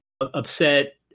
upset